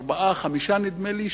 ארבעה-חמישה נדמה לי,